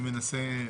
אני מנסה.